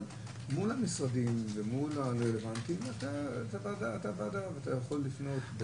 אבל מול המשרדים אתה יכול לפנות.